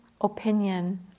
opinion